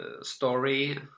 story